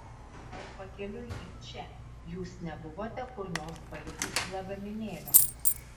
ar pakeliui į čia jūs nebuvote kur nors palikusi lagaminėlio